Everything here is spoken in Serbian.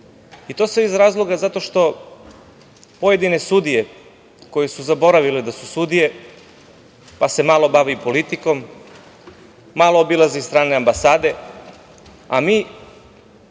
To sve iz razloga zato što pojedine sudije koje su zaboravile da su sudije, pa se malo bave i politikom, malo obilaze strane ambasade, a mi,